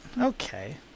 Okay